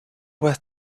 were